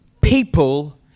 people